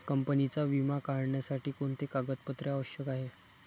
कंपनीचा विमा काढण्यासाठी कोणते कागदपत्रे आवश्यक आहे?